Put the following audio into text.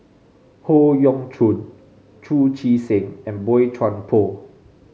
Howe Yoon Chong Chu Chee Seng and Boey Chuan Poh